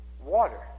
water